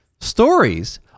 stories